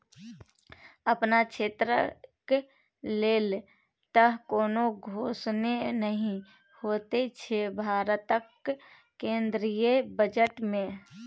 अपन क्षेत्रक लेल तँ कोनो घोषणे नहि होएत छै भारतक केंद्रीय बजट मे